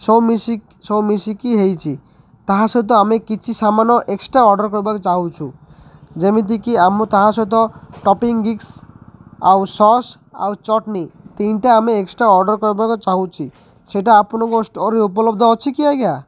ସବୁ ମିଶିକି ସବୁ ମିଶିକି ହେଇଛି ତାହା ସହିତ ଆମେ କିଛି ସାମାନ ଏକ୍ସଟ୍ରା ଅର୍ଡ଼ର କରିବାକୁ ଚାହୁଁଛୁ ଯେମିତିକି ଆମ ତାହା ସହିତ ଟପିଙ୍ଗ ଗିକ୍ସ ଆଉ ସସ୍ ଆଉ ଚଟନି ତିନିଟା ଆମେ ଏକ୍ସଟ୍ରା ଅର୍ଡ଼ର କରିବାକୁ ଚାହୁଁଛି ସେଇଟା ଆପଣଙ୍କ ଷ୍ଟୋର ଉପଲବ୍ଧ ଅଛି କି ଆଜ୍ଞା